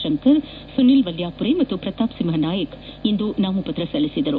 ಶಂಕರ್ ಸುನೀಲ್ ವಲ್ಣಾಪುರೆ ಹಾಗೂ ಪ್ರತಾಪ ಸಿಂಹ ನಾಯಕ್ ಇಂದು ನಾಮಪತ್ರ ಸಲ್ಲಿಸಿದರು